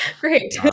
Great